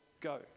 go